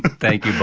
thank you